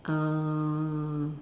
uh